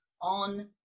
on